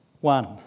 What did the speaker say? One